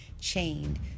chained